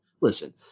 Listen